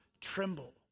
tremble